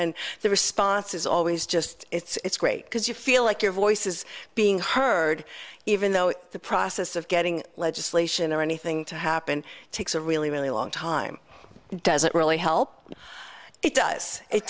and the response is always just it's great because you feel like your voices being heard even though the process of getting legislation or anything to happen takes a really really long time doesn't really help it does it